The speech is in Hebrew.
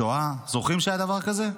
שואה, זוכרים שהיה דבר כזה?